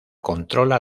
controla